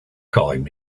calling